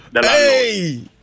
Hey